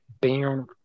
bam